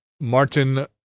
Martin